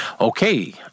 Okay